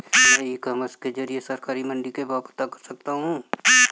क्या मैं e commerce के ज़रिए सरकारी मंडी के भाव पता कर सकता हूँ?